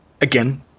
again